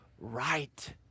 right